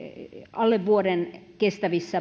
alle vuoden kestävien